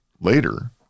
later